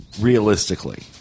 realistically